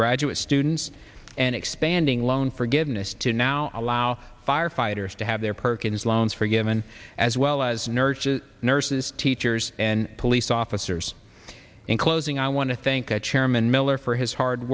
graduate students and expanding loan forgiveness to now allow firefighters to have their perkins loans forgiven as well as nurture nurses teachers and police officers in closing i want to thank the chairman miller for his hard